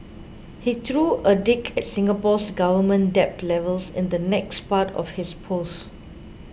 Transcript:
he threw a dig at Singapore's government debt levels in the next part of his post